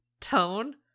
tone